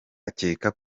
akeka